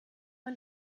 man